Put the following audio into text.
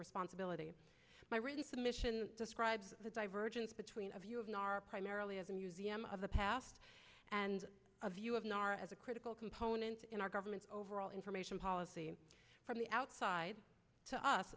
responsibility my really submission describes the divergence between a view of an r primarily as a museum of the past and a view of nahr as a critical component in our government overall information policy from the outside to us